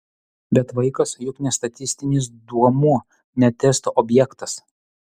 bet vaikas juk ne statistinis duomuo ne testo objektas